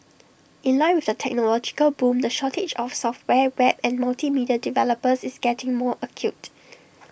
in line with the technological boom the shortage of software web and multimedia developers is getting more acute